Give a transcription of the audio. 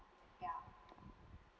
ya